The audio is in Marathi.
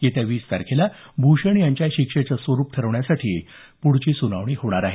येत्या वीस तारखेला भूषण यांच्या शिक्षेचं स्वरुप ठरवण्यासाठी पुढील सुनावणी होणार आहे